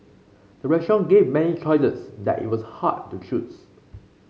the restaurant gave many choices that it was hard to choose